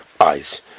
eyes